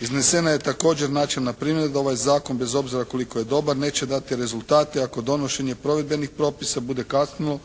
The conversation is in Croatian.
Iznesena je također načelna primjedba, ovaj zakon bez obzira koliko je dobar neće dati rezultate ako donošenje provedbenih propisa bude kasnilo,